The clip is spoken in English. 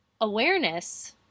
awareness